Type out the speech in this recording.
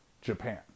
Japan